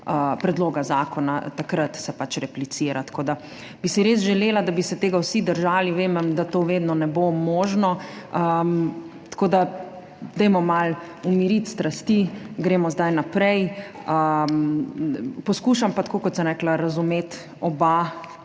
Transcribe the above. predloga zakona, takrat se replicira. Res bi si želela, da bi se tega vsi držali, vem, da to ne bo vedno možno. Tako da dajmo malo umiriti strasti, gremo zdaj naprej. Poskušam pa, tako kot sem rekla, razumeti oba,